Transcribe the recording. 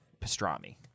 pastrami